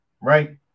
right